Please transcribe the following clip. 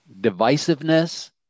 divisiveness